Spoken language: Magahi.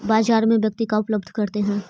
बाजार में व्यक्ति का उपलब्ध करते हैं?